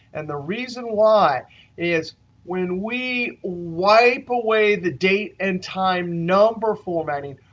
and the reason why is when we wipe away the date and time number formatting,